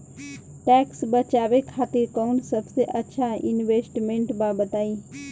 Tax बचावे खातिर कऊन सबसे अच्छा इन्वेस्टमेंट बा बताई?